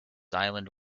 island